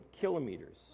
kilometers